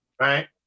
right